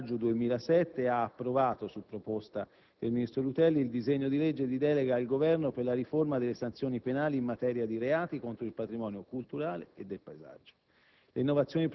del 23 maggio 2007 ha approvato, su proposta del ministro Rutelli, il disegno di legge di delega al Governo per la riforma delle sanzioni penali in materia di reati contro il patrimonio culturale e del paesaggio.